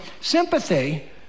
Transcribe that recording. sympathy